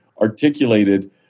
articulated